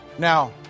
Now